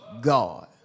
God